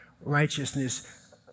righteousness